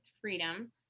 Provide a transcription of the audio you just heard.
Freedom